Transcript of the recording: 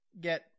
get